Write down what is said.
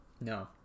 No